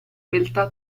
beltà